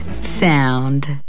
sound